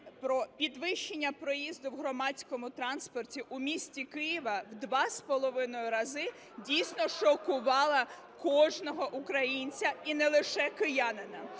про підвищення проїзду в громадському транспорті у місті Києві в два з половиною рази дійсно шокувала кожного українця і не лише киянина.